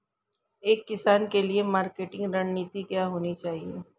एक किसान के लिए मार्केटिंग रणनीति क्या होनी चाहिए?